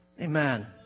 Amen